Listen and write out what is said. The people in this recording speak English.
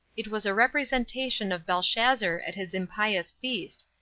it was a representation of belshazzar at his impious feast,